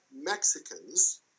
Mexicans